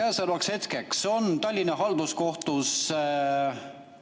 Käesolevaks hetkeks on Tallinna Halduskohtust